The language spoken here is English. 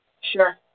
Sure